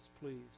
please